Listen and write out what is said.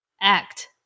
act